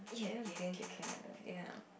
never been to Canada ya